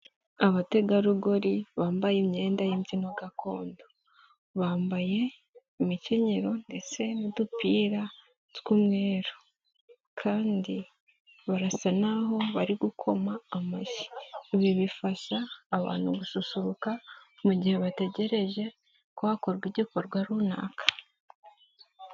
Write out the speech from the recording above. Abategarugori bambaye imyenda y'imbyino gakondo, bambaye imikenyero ndetse n'udupira tw'umweru kandi barasa n'aho bari gukoma amashyi, ibi bifasha abantu gususuruka mu gihe bategereje ku hakorwa igikorwa runaka.